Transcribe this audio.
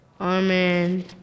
Amen